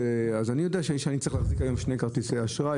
ואני יודע שאני צריך להחזיק היום שני כרטיסי אשראי